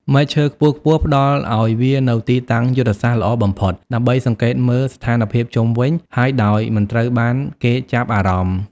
មែកឈើខ្ពស់ៗផ្តល់ឲ្យវានូវទីតាំងយុទ្ធសាស្ត្រល្អបំផុត ដើម្បីសង្កេតមើលស្ថានភាពជុំវិញ ហើយដោយមិនត្រូវបានគេចាប់អារម្មណ៍។